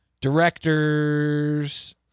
directors